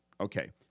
Okay